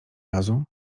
razu